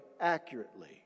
accurately